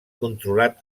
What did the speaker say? controlat